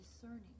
discerning